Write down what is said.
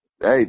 Hey